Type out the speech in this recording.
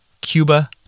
Cuba